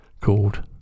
Called